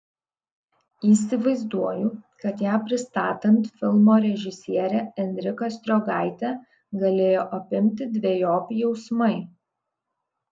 įsivaizduoju kad ją pristatant filmo režisierę enriką striogaitę galėjo apimti dvejopi jausmai